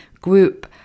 group